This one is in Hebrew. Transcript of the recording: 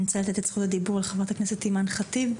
אני רוצה לתת את זכות הדיבור לחה"כ אימאן ח'טיב.